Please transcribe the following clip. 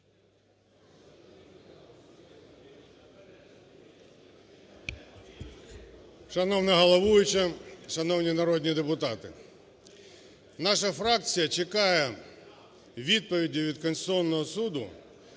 Шановна головуюча! Шановні народні депутати! Наша фракція чекає відповіді від Конституційного Суду